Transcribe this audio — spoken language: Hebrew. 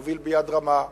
הוביל ביד רמה,